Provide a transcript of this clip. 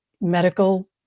medical